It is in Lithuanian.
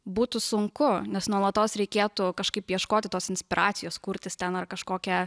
būtų sunku nes nuolatos reikėtų kažkaip ieškoti tos inspiracijos kurtis ten ar kažkokią